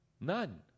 None